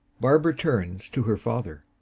barbara turns to her father.